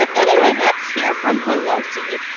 ah anyway, let's hear from pelosi.